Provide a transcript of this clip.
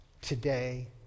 today